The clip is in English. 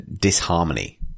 disharmony